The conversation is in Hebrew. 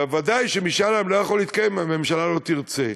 ודאי שמשאל עם לא יכול להתקיים אם הממשלה לא תרצה.